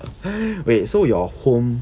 wait so your home